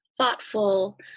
thoughtful